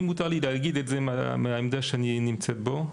לי מותר להגיד את זה מהעמדה שאני נמצא בה.